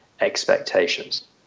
expectations